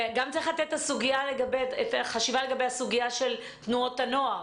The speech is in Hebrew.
גם צריכה להיות חשיבה לגבי הסוגיה של תנועות הנוער.